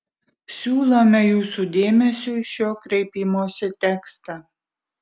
siūlome jūsų dėmesiui šio kreipimosi tekstą